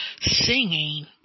singing